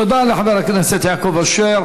תודה לחבר הכנסת יעקב אשר.